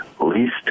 least